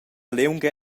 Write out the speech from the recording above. liunga